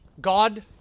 God